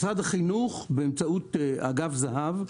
משרד החינוך, באמצעות אגף זה"ב,